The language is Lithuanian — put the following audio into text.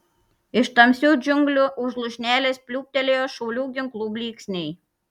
iš tamsių džiunglių už lūšnelės pliūptelėjo šaulių ginklų blyksniai